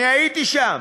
אני הייתי שם.